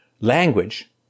language